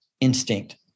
instinct